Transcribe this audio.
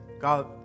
God